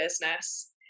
business